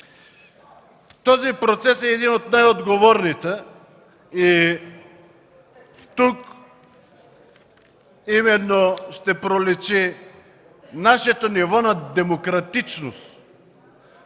Този процес е един от най-отговорните. Тук именно ще проличи нашето ниво на демократичност,